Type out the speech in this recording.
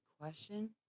question